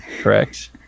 correct